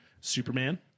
Superman